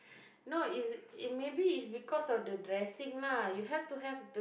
no is it maybe is because of the dressing lah you have to have